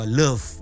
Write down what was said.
love